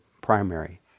primary